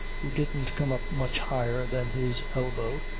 who didn't come up much higher than his elbow,